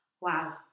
wow